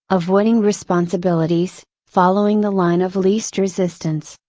avoiding responsibilities, following the line of least resistance,